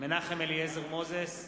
מנחם אליעזר מוזס,